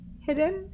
hidden